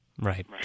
Right